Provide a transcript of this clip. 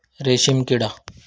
रेशीमकिडा